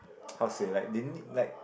ppo how to say like they need like